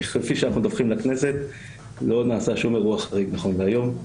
כפי שאנחנו מדווחים לכנסת לא נעשה שום אירוע חריג נכון להיום.